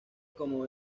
como